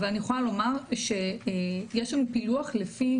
אבל אני יכולה לומר שיש לנו פילוח לפי